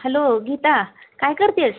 hello Geeta काय करते आहेस